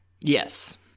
Yes